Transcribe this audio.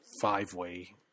five-way